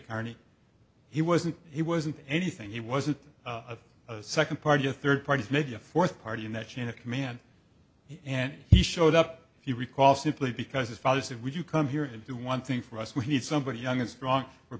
carney he wasn't he wasn't anything he wasn't a second part to third parties maybe a fourth party in that chain of command and he showed up if you recall simply because his father said would you come here and do one thing for us we need somebody young and strong